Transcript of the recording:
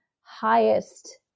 highest